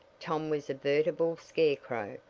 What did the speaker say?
tom was a veritable scarecrow,